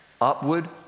Upward